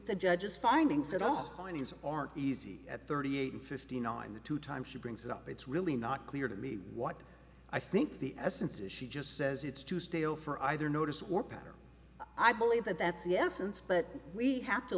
the judge's findings at all are easy at thirty eight and fifty nine the two times she brings it up it's really not clear to me what i think the essence is she just says it's too stale for either notice or pattern i believe that that's the essence but we have to